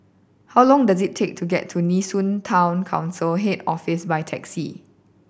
how long does it take to get to Nee Soon Town Council Head Office by taxi